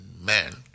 man